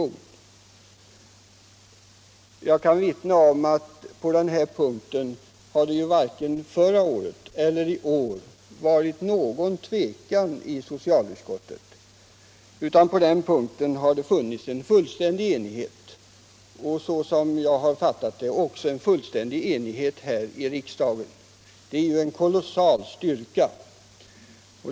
Jag kan vittna om att det på denna punkt varken förra året eller i år har rått någon tvekan i socialutskottet. Enigheten har varit fullständig, och såsom jag uppfattar det har det rått en fullständig enighet också här i riksdagen, vilket är en kolossal styrka.